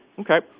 Okay